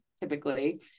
typically